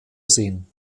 sehen